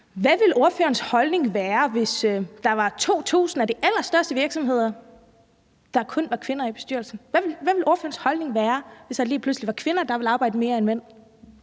Hvad ville ordførerens holdning være, hvis der var 2.000 af de allerstørste virksomheder, hvor der kun var kvinder i bestyrelsen? Hvad ville ordførerens holdning være, hvis det lige pludselig var kvinder, der ville arbejde mere end mænd?